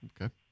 Okay